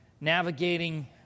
navigating